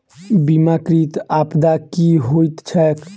बीमाकृत आपदा की होइत छैक?